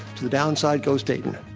to the down side goes dayton.